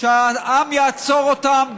שבהם העם יעצור אותם,